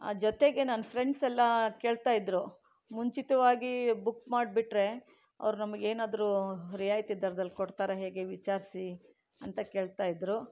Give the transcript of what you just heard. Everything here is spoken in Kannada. ಜೊತೆಗೆ ನನ್ನ ಫ್ರೆಂಡ್ಸ್ ಎಲ್ಲ ಕೇಳ್ತಾ ಇದ್ದರು ಮುಂಚಿತವಾಗಿ ಬುಕ್ ಮಾಡಿಬಿಟ್ರೆ ಅವರು ನಮಗೇನಾದರೂ ರಿಯಾಯಿತಿ ದರದಲ್ಲಿ ಕೊಡ್ತಾರ ಹೇಗೆ ವಿಚಾರಿಸಿ ಅಂತ ಕೇಳ್ತಾ ಇದ್ದರು